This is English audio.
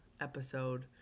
episode